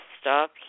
stop